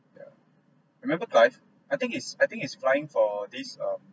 yeah remember clive I think he's I think he's flying for this um